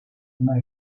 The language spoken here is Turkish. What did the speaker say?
buna